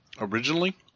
Originally